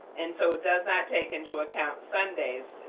and so it does not take into account sundays.